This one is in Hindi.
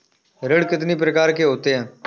ऋण कितनी प्रकार के होते हैं?